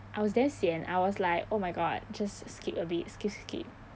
I was damn sian I was like oh my god just skip a bit skip skip skip